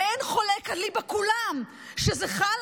ואין חולק אליבא כולם שזה חל,